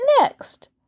next